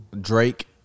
Drake